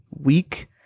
week